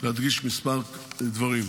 להדגיש כמה דברים.